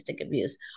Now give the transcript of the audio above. abuse